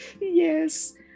Yes